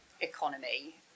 economy